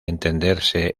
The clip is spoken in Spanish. entenderse